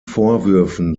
vorwürfen